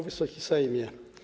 Wysoki Sejmie!